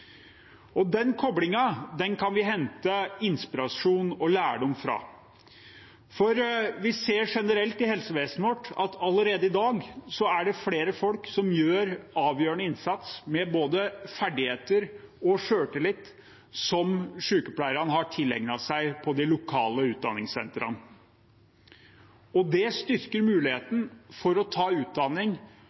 Den koblingen kan vi hente inspirasjon og lærdom fra. Vi ser generelt i helsevesenet vårt at allerede i dag er det flere folk som gjør avgjørende innsats med både ferdigheter og selvtillit som sykepleierne har tilegnet seg på de lokale utdanningssentrene. Det styrker muligheten for å ta utdanning,